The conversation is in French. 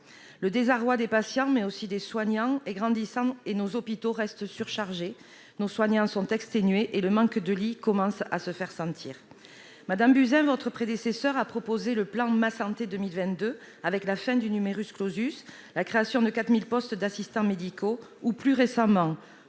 Le désarroi des patients, mais aussi des soignants, est grandissant. Nos hôpitaux restent surchargés, nos soignants sont extenués et le manque de lits commence à se faire sentir. Mme Agnès Buzyn, votre prédécesseur, a proposé le plan Ma santé 2022, avec la fin du, la création de 4 000 postes d'assistants médicaux ou, plus récemment,